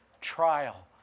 trial